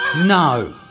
no